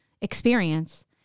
experience